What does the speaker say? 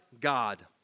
God